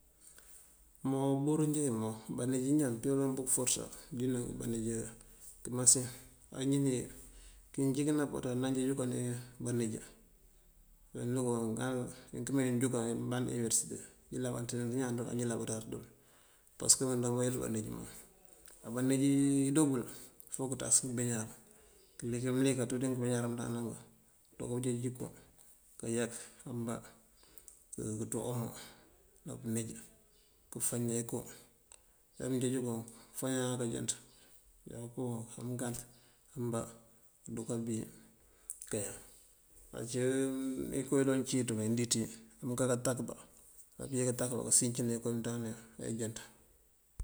Umboŋ uburin njá uwí boŋ baníj ñaan apelëm bël uforësá diŋ baníj kumasir. Anjí ní kíncí kí námpaţ ánaj dí baníj këmee injúk imband uniberësite ilabaţá, bañaan doo njí labaţáaţ dul pasëk mánjooţ wuweejat baníj mom. Baníj indoobël fok këţas ngëbeeñuwar, këlík mëlik kanţú tí ngëbeeñuwar ngëmënţana ngun. Këdoo jeej inko kayak ambá, këënţú omo náam pëníj këëfañëna iko. Uler ujeejunk këëfañaa kënjënt iko yunk këngant ambá keruka bir këënkayan. Uncí inkoo iloŋ cínţil indíiţiyi amënká kátakëba, amënjeej kátakëba pësíncëna inko imënţandane yun enjënţ.